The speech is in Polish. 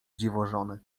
dziwożony